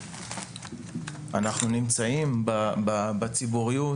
שאנחנו נמצאים בעבורו במשרות ציבור,